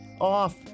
off